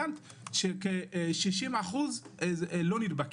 ציינת ש-60% לא נדבקים,